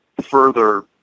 further